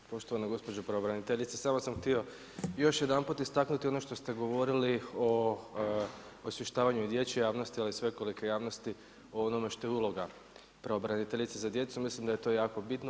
Poštovana gospođo pravobraniteljice, samo sam htio još jedanput istaknuti ono što ste govorili o osvještavaju i dječje javnosti ali i svekolike javnosti o onome što je uloga pravobraniteljice za djecu, mislim da je to jako bitno.